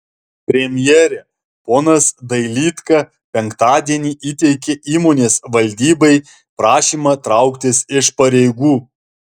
premjere ponas dailydka penktadienį įteikė įmonės valdybai prašymą trauktis iš pareigų